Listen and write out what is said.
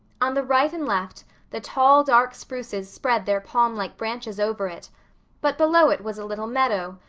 on the right and left the tall, dark spruces spread their palm-like branches over it but below it was a little meadow,